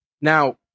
Now